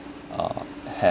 uh h~